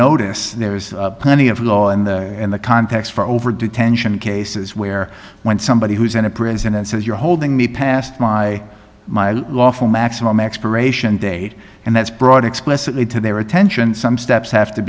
notice there is plenty of law and in the context for over detention cases where when somebody who's in a prison and says you're holding me past my lawful maximum expiration date and that's brought explicitly to their attention some steps have to